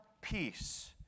peace